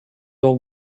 all